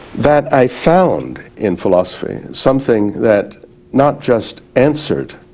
that i found in philosophy something that not just answered